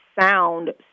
sound